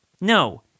No